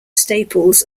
staples